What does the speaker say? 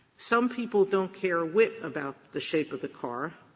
some people don't care a wit about the shape of the car.